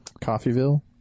Coffeeville